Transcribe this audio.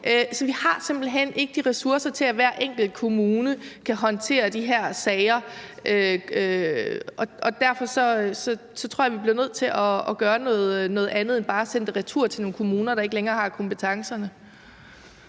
Så vi har simpelt hen ikke de ressourcer, til at hvert enkelt kommune kan håndtere de her sager. Derfor tror jeg, at vi bliver nødt til at gøre noget andet end bare sende det retur til nogle kommuner, der ikke længere har kompetencerne.